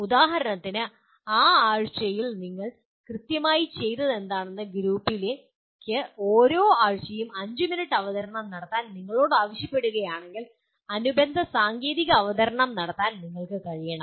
ഉദാഹരണത്തിന് ആ ആഴ്ചയിൽ നിങ്ങൾ കൃത്യമായി ചെയ്തതെന്താണെന്ന് ഗ്രൂപ്പിലേക്ക് ഓരോ ആഴ്ചയും 5 മിനിറ്റ് അവതരണം നടത്താൻ നിങ്ങളോട് ആവശ്യപ്പെടുകയാണെങ്കിൽ അനുബന്ധ സാങ്കേതിക അവതരണം നടത്താൻ നിങ്ങൾക്ക് കഴിയണം